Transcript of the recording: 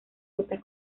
rutas